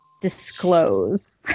disclose